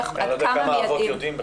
עד כמה מיידעים.